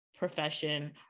profession